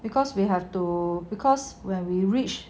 because we have to because when we reached